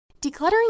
Decluttering